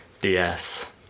DS